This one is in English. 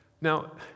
Now